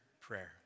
prayer